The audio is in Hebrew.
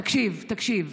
תקשיב, תקשיב.